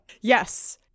yes